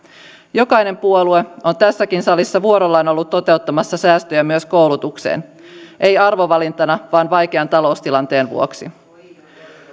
jokainen puolue on tässäkin salissa vuorollaan ollut toteuttamassa säästöjä myös koulutukseen ei arvovalintana vaan vaikean taloustilanteen vuoksi